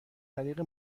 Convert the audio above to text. طریق